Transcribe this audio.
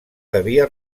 devia